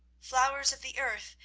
flowers of the earth,